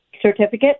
certificate